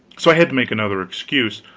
so i had to make another excuse.